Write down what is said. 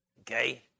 okay